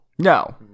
No